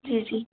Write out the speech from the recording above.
जी जी